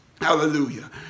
Hallelujah